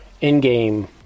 in-game